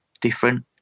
different